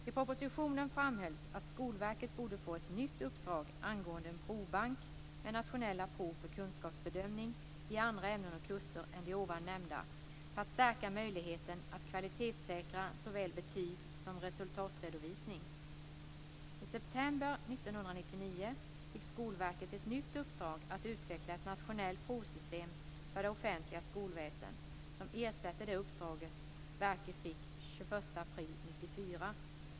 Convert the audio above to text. I propositionen framhölls att Skolverket borde få ett nytt uppdrag angående en provbank med nationella prov för kunskapsbedömning i andra ämnen och kurser än de ovan nämnda för att stärka möjligheterna att kvalitetssäkra såväl betyg som resultatredovisning. I september 1999 fick Skolverket ett nytt uppdrag att utveckla ett nationellt provsystem för det offentliga skolväsendet som ersätter det uppdrag verket fick den 21 april 1994.